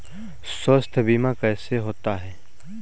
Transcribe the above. स्वास्थ्य बीमा कैसे होता है?